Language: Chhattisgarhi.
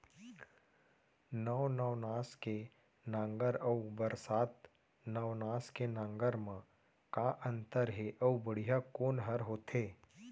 नौ नवनास के नांगर अऊ बरसात नवनास के नांगर मा का अन्तर हे अऊ बढ़िया कोन हर होथे?